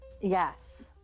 yes